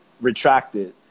retracted